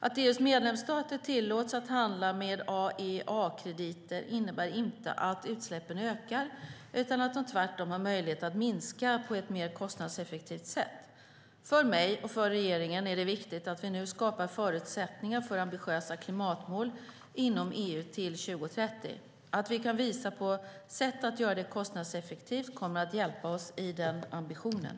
Att EU:s medlemsstater tillåts att handla med AEA-krediter innebär inte att utsläppen ökar utan att de tvärtom har möjlighet att minska på ett mer kostnadseffektivt sätt. För mig och regeringen är det viktigt att vi nu skapar förutsättningar för ambitiösa klimatmål inom EU till 2030. Att vi kan visa på sätt att göra det kostnadseffektivt kommer att hjälpa oss i den ambitionen.